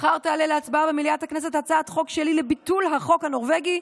מחר תעלה במליאת הכנסת הצעת חוק שלי לביטול החוק הנורבגי,